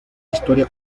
historia